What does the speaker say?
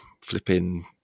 flipping